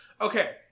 Okay